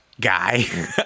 guy